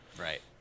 Right